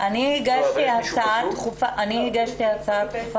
אני הגשתי הצעה דחופה בנושא.